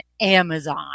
Amazon